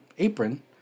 apron